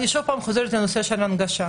אני חוזרת שוב לנושא ההנגשה.